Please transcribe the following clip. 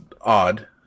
odd